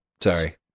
Sorry